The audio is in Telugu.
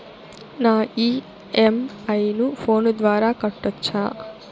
నా ఇ.ఎం.ఐ ను ఫోను ద్వారా కట్టొచ్చా?